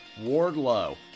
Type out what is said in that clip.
Wardlow